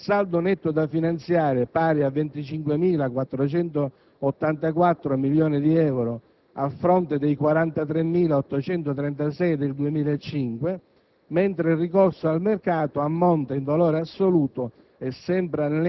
era 16.144 nel 2005. Il saldo netto da finanziare è pari a 25.484 milioni di euro (a fronte dei 43.836 del 2005),